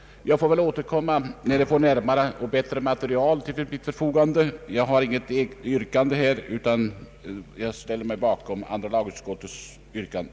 Jag får väl återkomma när jag fått mera och bättre material till mitt förfogande. Jag har i dag inget yrkande utan ställer mig bakom andra lagutskottets förslag.